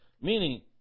Meaning